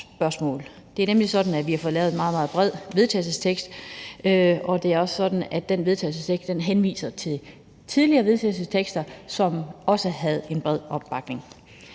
Det er nemlig sådan, at vi har fået lavet en meget, meget bred vedtagelsestekst, og det er også sådan, at den vedtagelsestekst henviser til tidligere vedtagelsestekster, som der også var bred opbakning